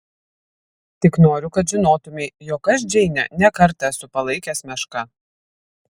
tik noriu kad žinotumei jog aš džeinę ne kartą esu palaikęs meška